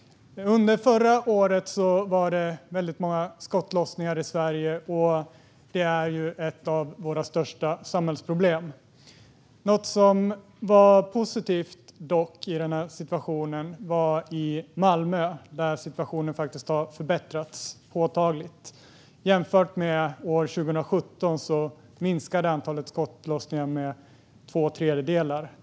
Fru talman! Under förra året var det många skottlossningar i Sverige. Det är ett av våra största samhällsproblem. Något som dock är positivt är att situationen i Malmö faktiskt har förbättrats påtagligt. Jämfört med år 2017 minskade antalet skottlossningar med drygt två tredjedelar.